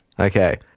Okay